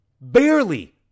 barely